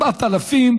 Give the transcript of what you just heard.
4,000,